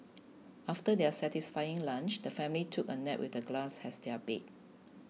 after their satisfying lunch the family took a nap with the grass as their bed